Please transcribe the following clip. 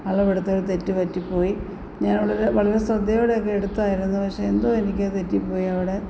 അളവെടുത്തത് തെറ്റ് പറ്റിപ്പോയി ഞാന് വളരെ വളരെ ശ്രദ്ധയോടൊക്കെ എടുത്തായിരുന്നു പക്ഷെ എന്തോ എനിക്കത് തെറ്റിപ്പോയി അവിടെ